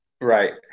right